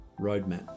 roadmap